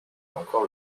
encore